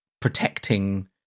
protecting